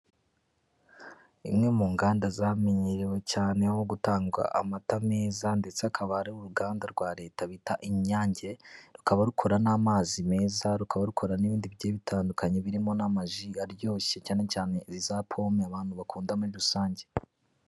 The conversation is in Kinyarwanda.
Imwe mu nganda zamenyerewe cyane ho gutanga amata meza ndetse akaba ari uruganda rwa leta bita Inyange rukaba rukora n'amazi meza, rukaba rukora n'ibindi bigiye bitandukanye birimo n'amaji aryoshye cyane cyane iza pome abantu bakunda muri rusange.